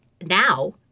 now